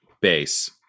Base